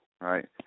right